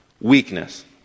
weakness